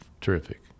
terrific